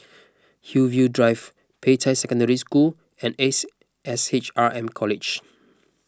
Hillview Drive Peicai Secondary School and Ace S H R M College